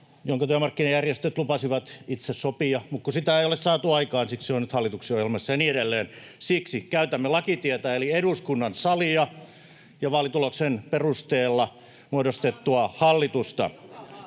jonka työmarkkinajärjestöt lupasivat itse sopia, mutta kun sitä ei ole saatu aikaan, siksi se on nyt hallituksen ohjelmassa ja niin edelleen. Siksi käytämme lakitietä eli eduskunnan salia ja vaalituloksen perusteella muodostettua hallitusta.